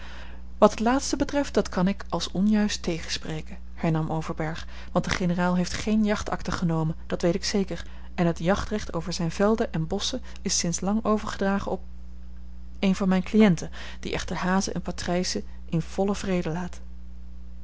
wat het laatste betreft dat kan ik als onjuist tegenspreken hernam overberg want de generaal heeft geene jachtakte genomen dat weet ik zeker en het jachtrecht over zijne velden en bosschen is sinds lang overgedragen op een van mijn cliënten die echter hazen en patrijzen in vollen vrede laat